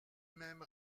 même